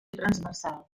transversal